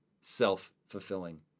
self-fulfilling